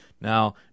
Now